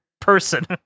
person